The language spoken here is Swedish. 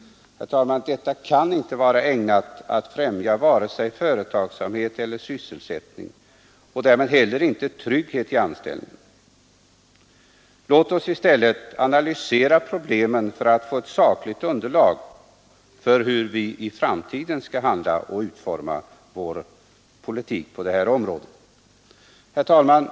Detta, herr talman, kan inte vara ägnat att främja vare sig företagsamhet eller sysselsättning och därmed heller inte trygghet i anställningen. Låt oss i stället analysera problemen för att få ett sakligt underlag för hur vi i framtiden skall handla och utforma vår politik på detta område! Herr talman!